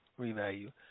revalue